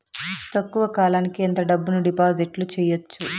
తక్కువ కాలానికి ఎంత డబ్బును డిపాజిట్లు చేయొచ్చు?